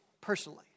personally